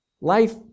life